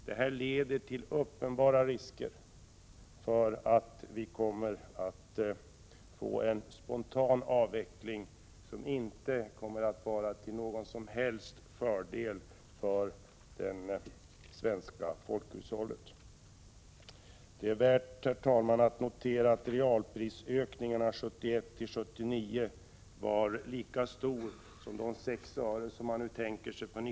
Detta leder till uppenbara risker för att vi kommer att få en spontan avveckling som inte kommer att vara till någon fördel för det svenska folkhushållet. Herr talman! Det är värt att notera att realprisökningarna på el under perioden 1971—1979 var lika stora som dem som man nu tänker sig på 1990-talet då elpriset skall höjas med 6 öre.